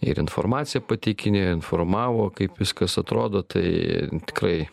ir informaciją pateikinėjo informavo kaip viskas atrodo tai tikrai